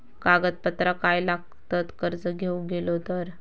कागदपत्रा काय लागतत कर्ज घेऊक गेलो तर?